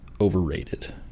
overrated